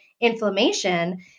inflammation